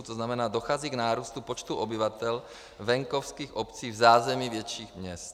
To znamená, dochází k nárůstu počtu obyvatel venkovských obcí v zázemí větších měst.